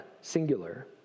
singular